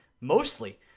mostly